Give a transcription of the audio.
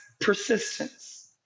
persistence